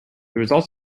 results